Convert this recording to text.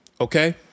Okay